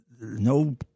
no